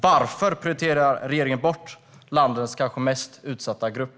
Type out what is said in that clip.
Varför prioriterar regeringen bort landets kanske mest utsatta grupp?